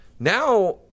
Now